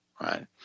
right